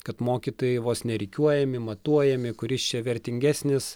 kad mokytojai vos ne rikiuojami matuojami kuris čia vertingesnis